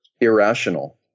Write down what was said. irrational